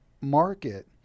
market